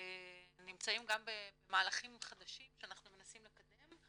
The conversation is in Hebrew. נמצאים גם במהלכים חדשים שאנחנו מנסים לקדם,